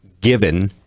given